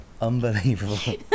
Unbelievable